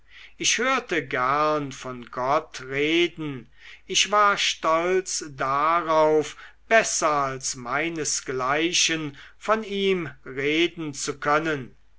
ich hörte gern von gott reden ich war stolz darauf besser als meinesgleichen von ihm reden zu können